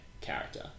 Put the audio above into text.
character